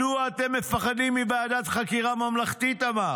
מדוע אתם מפחדים מוועדת חקירה ממלכתית?" אמר.